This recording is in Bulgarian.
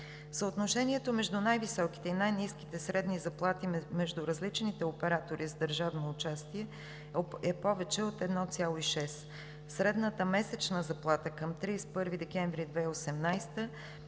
Съотношението между най-високите и най-ниските средни заплати между различните оператори с държавно участие е повече от 1,6. Средната месечна заплата към 31 декември 2018